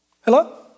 Hello